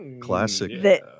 classic